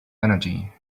energy